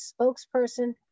spokesperson